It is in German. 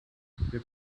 wir